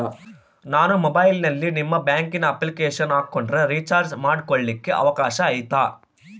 ನಾನು ಮೊಬೈಲಿನಲ್ಲಿ ನಿಮ್ಮ ಬ್ಯಾಂಕಿನ ಅಪ್ಲಿಕೇಶನ್ ಹಾಕೊಂಡ್ರೆ ರೇಚಾರ್ಜ್ ಮಾಡ್ಕೊಳಿಕ್ಕೇ ಅವಕಾಶ ಐತಾ?